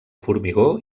formigó